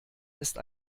ist